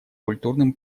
культурным